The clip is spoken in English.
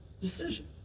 decision